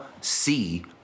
see